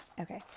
Okay